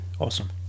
awesome